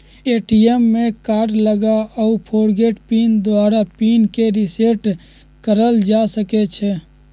ATM में card लगा कऽ फ़ॉरगोट पिन द्वारा पिन के रिसेट कएल जा सकै छै